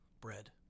bread